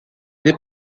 les